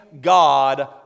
God